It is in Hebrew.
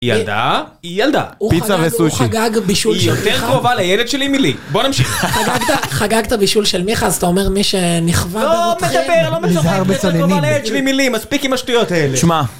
ילדה, ילדה, פיצה וסושי. הוא חגג... היא יותר קרובה לילד שלי מלי, בוא נמשיך. חגגת, חגגת בישול של מיכה אז אתה אומר "מי שנכווה ברותחין..." לא מדבר, לא משחק. "ניזהר בצוננין". היא יותר קרובה לילד שלי מלי, מספיק עם השטויות האלה. תשמע...